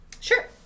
Sure